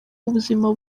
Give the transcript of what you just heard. w’ubuzima